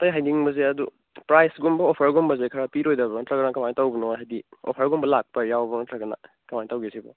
ꯑꯇꯩ ꯍꯥꯏꯅꯤꯡꯕꯁꯦ ꯑꯗꯨ ꯄ꯭ꯔꯥꯏꯖ ꯀꯨꯝꯕ ꯑꯣꯐꯔ ꯒꯨꯝꯕꯁꯦ ꯈꯔ ꯄꯤꯔꯣꯏꯗꯕ꯭ꯔꯥ ꯅꯠꯇ꯭ꯔꯒ ꯀꯃꯥꯏ ꯇꯧꯕꯅꯣ ꯍꯥꯏꯗꯤ ꯑꯣꯐꯔꯒꯨꯝꯕ ꯂꯥꯛꯄ ꯌꯥꯎꯕ꯭ꯔꯥ ꯅꯠꯇ꯭ꯔꯒꯅ ꯀꯃꯥꯏ ꯇꯧꯒꯦ ꯁꯤꯕꯨ